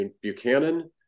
Buchanan